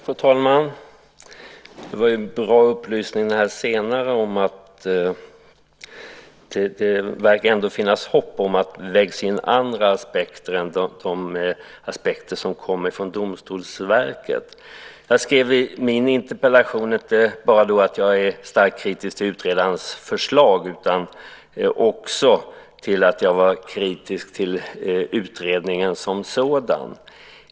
Fru talman! Det senare var en bra upplysning, att det verkar finnas hopp om att andra aspekter vägs in än de som kommer från Domstolsverket. Jag skrev i min interpellation inte bara att jag är starkt kritisk till utredarens förslag utan också att jag var kritisk till utredningen som sådan.